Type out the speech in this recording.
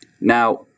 Now